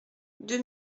deux